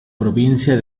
provincia